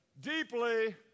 deeply